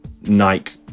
Nike